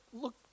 look